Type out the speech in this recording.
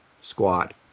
squat